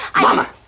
Mama